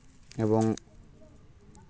ᱮᱵᱚᱝ